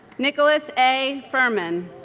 nickolaus a. furman